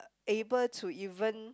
able to even